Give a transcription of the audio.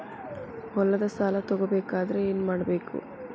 ಹೊಲದ ಸಾಲ ತಗೋಬೇಕಾದ್ರೆ ಏನ್ಮಾಡಬೇಕು?